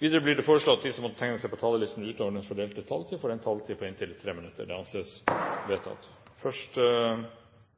innenfor den fordelte taletid. Videre blir det foreslått at de som måtte tegne seg på talerlisten utover den fordelte taletid, får en taletid på inntil 3 minutter. – Det anses